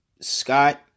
Scott